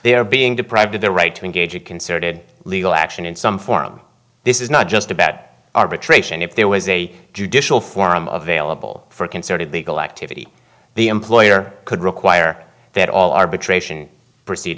they are being deprived of the right to engage a concerted legal action in some form this is not just a bad arbitration if there was a judicial forum of vailable for a concerted legal activity the employer could require that all arbitration proceed